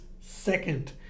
second